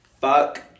fuck